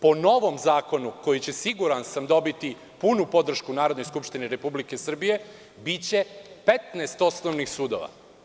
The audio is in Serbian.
Po novom zakonu koji će, siguran sam, dobiti punu podršku Narodne skupštine Republike Srbije, biće 15 osnovnih sudova.